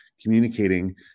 communicating